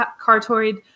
cartoid